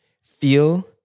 feel